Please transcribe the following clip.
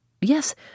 Yes